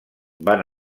van